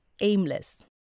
aimless